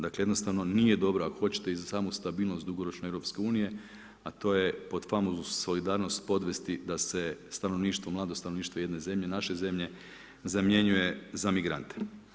Dakle, jednostavno nije dobro ako hoćete i za samu stabilnost dugoročne EU, a to je pod famoznu solidarnost podvesti da se stanovništvo, mlado stanovništvo jedne zemlje, naše zemlje zamjenjuje za migrante.